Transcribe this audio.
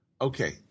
Okay